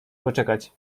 poczekać